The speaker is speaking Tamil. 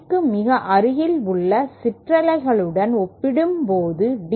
க்கு மிக அருகில் உள்ள சிற்றலைகளுடன் ஒப்பிடும்போது D